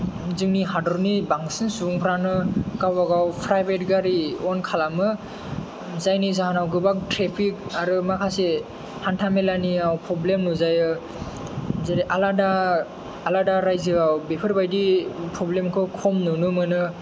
जोंनि हादरनि बांसिन सुबुंफ्रानो गावबा गाव प्राइभेत गारि अन खालामो जायनि जाहोनाव गोबां ट्राफिक आरो माखासे हान्थामेलानियाव प्रब्लेम नुजायो जेरै आलादा आलादा राइजोआव बेफोरबायदि प्रब्लेम खौ खम नुनो मोनो